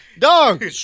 Dog